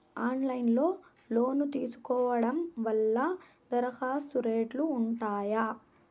Online లో loan తీసుకోవడం వల్ల దరఖాస్తు రేట్లు ఉంటాయా?